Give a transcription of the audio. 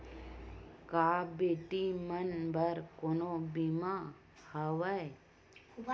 का बेटी मन बर कोनो बीमा हवय?